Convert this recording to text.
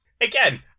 again